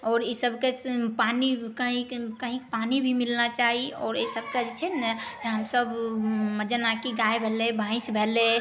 आओर इसबके पानि कहीँ कहीँ पानि भी मिलना चाही आओर अइ सबके जे छै ने हम सब जेना कि गाय भेलै भैँस भेलै